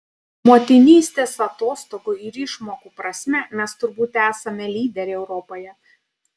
motinystės atostogų ir išmokų prasme mes turbūt esame lyderiai europoje